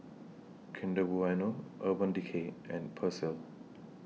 Kinder Bueno Urban Decay and Persil